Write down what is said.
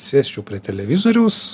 sėsčiau prie televizoriaus